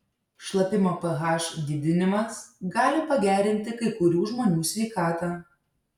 šlapimo ph didinimas gali pagerinti kai kurių žmonių sveikatą